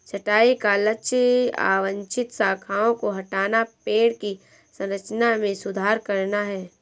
छंटाई का लक्ष्य अवांछित शाखाओं को हटाना, पेड़ की संरचना में सुधार करना है